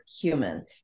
human